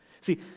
See